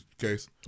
case